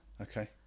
Okay